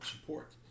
support